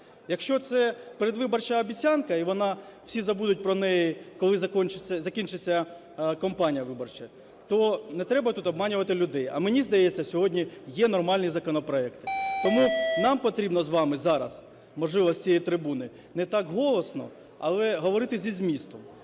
Якщо це передвиборча обіцянка, і вона, всі забудуть про неї, коли закінчиться кампанія виборча, то не треба тут обманювати людей. А мені здається, сьогодні є нормальні законопроекти. Тому нам потрібно з вами зараз, можливо, з цієї трибуни не так голосно, але говорити зі змістом.